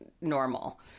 normal